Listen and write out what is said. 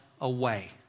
away